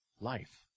life